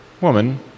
Woman